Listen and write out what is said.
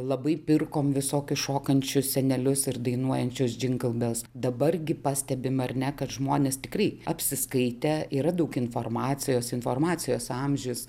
labai pirkom visokius šokančius senelius ir dainuojančius džinglbels dabar gi pastebim ar ne kad žmonės tikrai apsiskaitę yra daug informacijos informacijos amžius